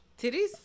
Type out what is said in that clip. titties